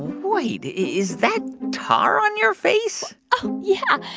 wait. is that tar on your face? yeah.